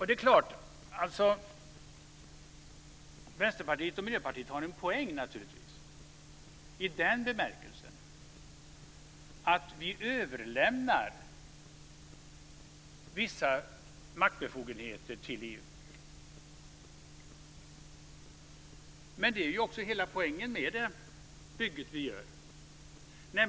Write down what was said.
Det är klart att Vänsterpartiet och Miljöpartiet har en poäng i den bemärkelsen att vi överlämnar vissa maktbefogenheter till EU. Men det är ju också hela poängen med det bygge vi gör.